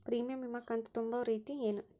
Premium ವಿಮಾ ಕಂತು ತುಂಬೋ ರೇತಿ ಏನು?